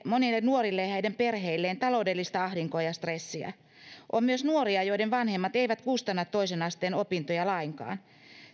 monille nuorille ja ja heidän perheilleen taloudellista ahdinkoa ja stressiä on myös nuoria joiden vanhemmat eivät kustanna toisen asteen opintoja lainkaan